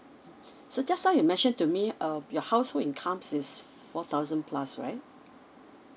so just now you mention to me um your household incomes is four thousand plus right